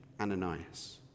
Ananias